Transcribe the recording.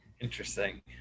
Interesting